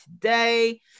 today